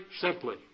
simply